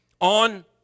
on